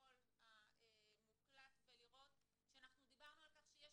לפרוטוקול המוקלט ולראות שאנחנו דיברנו על כך שיש